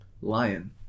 Lion